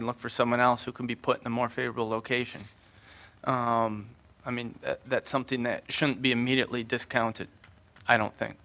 and look for someone else who can be put in a more favorable location i mean that's something that shouldn't be immediately discounted i don't think